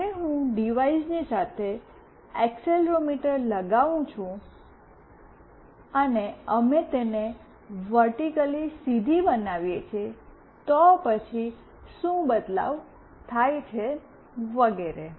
જ્યારે હું ડિવાઇસની સાથે એક્સેલેરોમીટર લગાવું છું અને અમે તેને વર્ટિક્લી સીધી બનાવીએ છીએ તો પછી શું બદલાવ થાય છે વગેરે